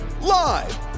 live